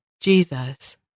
Jesus